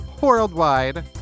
worldwide